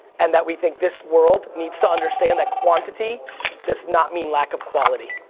and that we think this world needs to understand that quantity does not mean lack of quality,